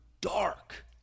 dark